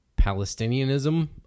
Palestinianism